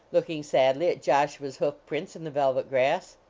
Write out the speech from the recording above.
looking sadly at joshua s hoof prints in the velvet grass.